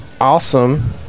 Awesome